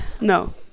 no